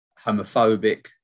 homophobic